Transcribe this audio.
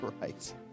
right